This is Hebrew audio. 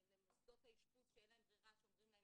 למוסדות האשפוז שאין להם ברירה כי אומרים להם